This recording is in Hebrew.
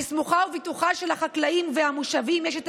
אני סמוכה ובטוחה שלחקלאים ולמושבים יש את